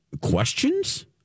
Questions